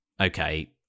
okay